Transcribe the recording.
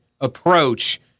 approach